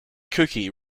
cookie